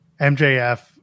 MJF